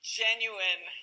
genuine